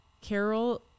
Carol